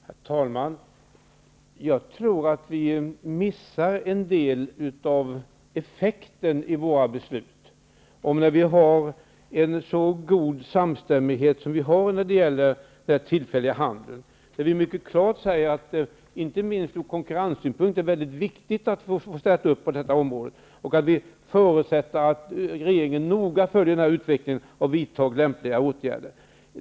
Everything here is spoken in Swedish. Herr talman! Jag tror att vi går miste om en del av effekten av våra beslut -- vi har ju god samstämmighet i utskottet när det gäller den tillfälliga handeln. Majoriteten säger mycket klart att detta är viktigt inte minst ur konkurrenssynpunkt och att vi förutsätter att regeringen noga följer utvecklingen och vidtar lämpliga åtgärder.